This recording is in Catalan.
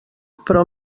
però